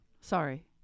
Sorry